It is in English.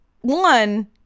one